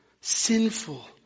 sinful